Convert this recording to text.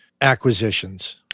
acquisitions